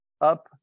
up